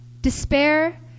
despair